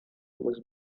was